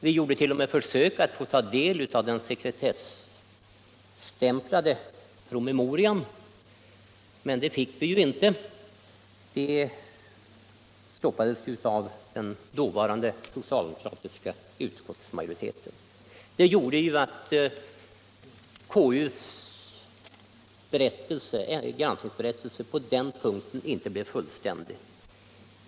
Vi gjorde t.o.m. försök att ta del av den sekretesstämplade promemorian, men det fick vi inte — det stoppades av den dåvarande socialdemokratiska utskottsmajoriteten. Detta gjorde att konstitutionsutskottets granskningsberättelse på den punkten inte blev fullständig.